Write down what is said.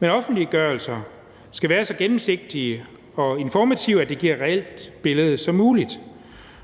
Men offentliggørelser skal være så gennemsigtige og informative, at det giver et så reelt billede som muligt.